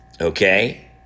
okay